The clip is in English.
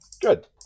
good